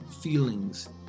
feelings